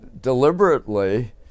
deliberately